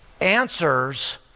answers